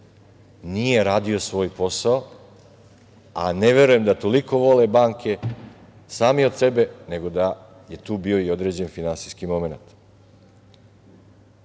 nije radio svoj posao, a ne verujem da toliko vole banke sami od sebe, nego je tu bio i određeni finansijski momenat. Kada